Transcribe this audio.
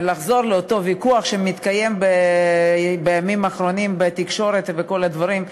לחזור לאותו ויכוח שמתקיים בימים האחרונים בתקשורת וכל הדברים,